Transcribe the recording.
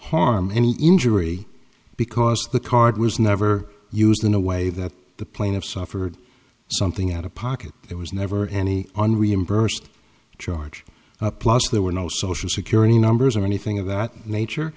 any injury because the card was never used in a way that the plaintiff suffered something out of pocket it was never any on reimbursed charge plus there were no social security numbers or anything of that nature